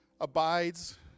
abides